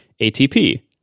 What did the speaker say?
atp